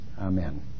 Amen